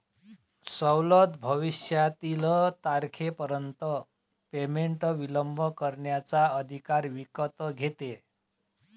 सवलत भविष्यातील तारखेपर्यंत पेमेंट विलंब करण्याचा अधिकार विकत घेते